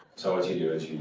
so what you